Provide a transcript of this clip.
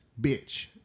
bitch